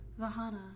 Vahana